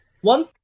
One